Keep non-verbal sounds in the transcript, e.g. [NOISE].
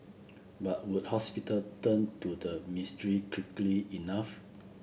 but would hospital turn to the [UNINTELLIGIBLE] quickly enough